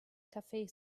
cafe